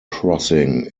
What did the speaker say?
crossing